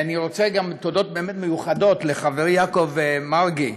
אני רוצה לומר תודות מיוחדות לחברי יעקב מרגי,